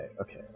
okay